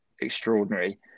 extraordinary